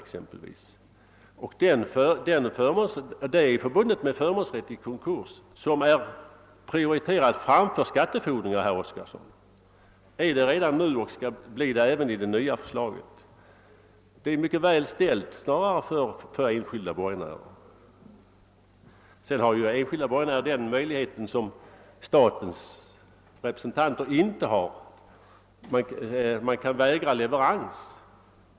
Sådan inteckning är redan nu prioriterad i konkurs framför skattefordringar och skall bii det även enligt det nya förslaget. Det är alltså mycket väl ställt för enskilda borgenärer. Vidare har de enskilda borgenärerna en möjlighet som staten inte har, nämligen att vägra leverans.